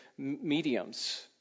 Mediums